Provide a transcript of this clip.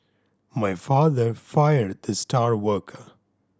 my father fired the star worker